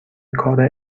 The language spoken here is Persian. کار